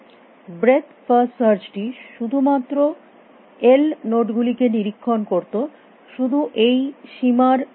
breadth first সার্চটি শুধুমাত্র L node গুলিকে নিরীক্ষণ করত শুধু এই সীমা র নোড গুলিকে